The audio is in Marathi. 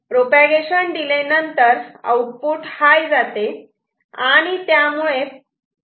प्रोपागेशन डिले नंतर आउटपुट हाय जाते आणि त्यामुळे परत पुन्हा आउटपुट 1 होते